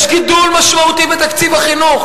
יש גידול משמעותי בתקציב החינוך.